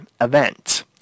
event